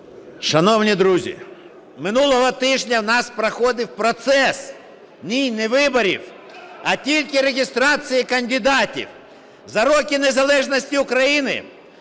Шановні друзі, минулого тижня в нас проходив процес, ні, не виборів, а тільки реєстрації кандидатів. За роки незалежності України